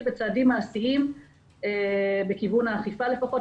בצעדים מעשיים בכיוון האכיפה לפחות.